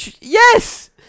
Yes